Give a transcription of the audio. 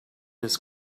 his